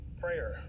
prayer